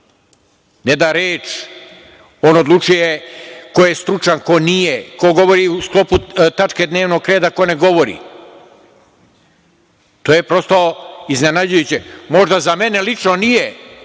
ne da reč, on odlučuje ko je stručan, ko nije, ko govori u sklopu tačke dnevnog reda, ko ne govori. To je prosto iznenađujuće. Možda za mene lično nije,